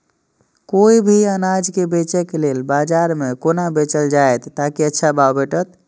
कोय भी अनाज के बेचै के लेल बाजार में कोना बेचल जाएत ताकि अच्छा भाव भेटत?